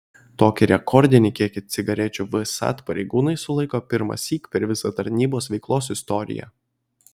tokį rekordinį kiekį cigarečių vsat pareigūnai sulaiko pirmąsyk per visą tarnybos veiklos istoriją